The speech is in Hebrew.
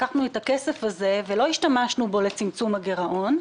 לקחנו את הכסף הזה ולא השתמשנו בו לצמצום הגרעון.